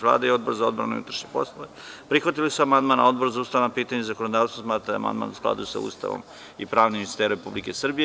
Vlada i Odbor za odbranu i unutrašnje poslove prihvatili su amandman, a Odbor za ustavna pitanja i zakonodavstvo smatra da je amandman u skladu sa Ustavom i pravnim sistemom Republike Srbije.